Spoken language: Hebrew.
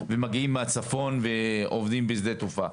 ומגיעים מהצפון ועובדים בשדה תעופה.